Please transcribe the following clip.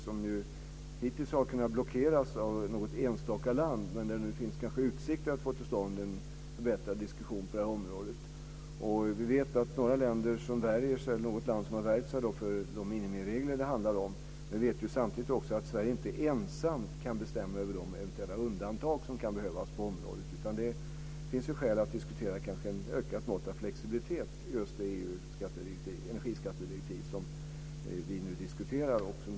Det har hittills kunnat blockeras av något enstaka land, men nu finns det kanske utsikter att få till stånd en förbättrad diskussion på det här området. Vi vet att något land har värjt sig för de minimiregler det handlar om. Vi vet samtidigt att Sverige inte ensamt kan bestämma över de eventuella undantag som kan behövas på området. Det finns kanske skäl att diskutera ett ökat mått av flexibilitet när det gäller det energiskattedirektiv vi nu diskuterar.